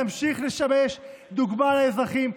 תמשיך לשמש דוגמה לאזרחים,